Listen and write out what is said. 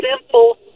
simple